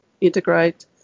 integrate